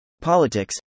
Politics